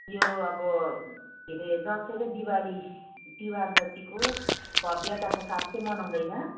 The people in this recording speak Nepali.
यो अब के हरे दसैँ र दिवाली तिहार जत्तिको भव्यताको साथ चाहिँ मनाउँदैन